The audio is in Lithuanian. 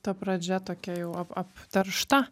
ta pradžia tokia jau ap apteršta